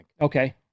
Okay